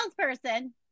salesperson